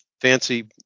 fancy